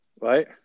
Right